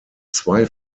zwei